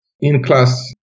in-class